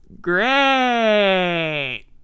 Great